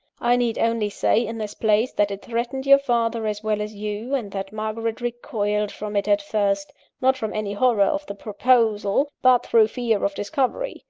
i need only say, in this place, that it threatened your father as well as you, and that margaret recoiled from it at first not from any horror of the proposal, but through fear of discovery.